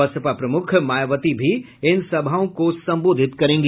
बसपा प्रमुख मायवती भी इन सभाओं को संबोधित करेंगी